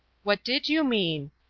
what did you mean?